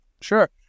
Sure